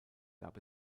gab